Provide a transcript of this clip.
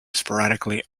sporadically